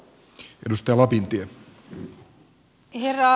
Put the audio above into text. herra puhemies